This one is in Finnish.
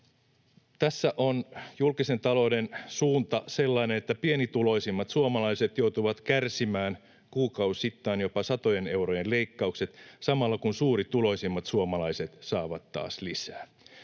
Tässä on julkisen talouden suunta sellainen, että pienituloisimmat suomalaiset joutuvat kärsimään kuukausittain jopa satojen eurojen leikkaukset samalla, kun suurituloisimmat suomalaiset saavat taas lisää.